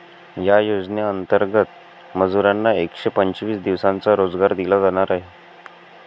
या योजनेंतर्गत मजुरांना एकशे पंचवीस दिवसांचा रोजगार दिला जाणार आहे